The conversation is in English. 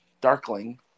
Darkling